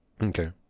Okay